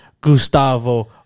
Gustavo